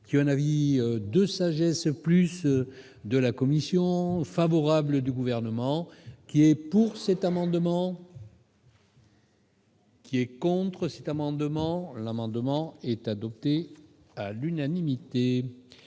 qui ont un avis de sagesse, plus de la commission favorable du gouvernement qui est pour cet amendement. Qui est contre cette amendement l'amendement est adopté à l'unanimité.